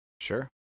Sure